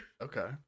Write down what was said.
okay